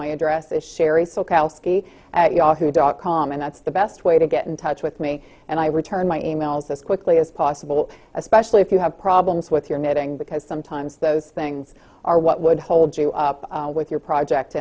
my address is sherri so koski at yahoo dot com and that's the best way to get in touch with me and i return my e mails as quickly as possible especially if you have problems with your knitting because sometimes those things are what would hold you up with your project